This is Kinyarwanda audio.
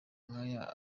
nkaya